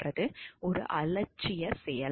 ஒரு அலட்சிய செயல்